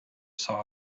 saw